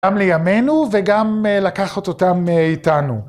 גם לימינו וגם לקחת אותם איתנו.